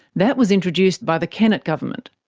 that was introduced by the kennett government.